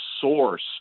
source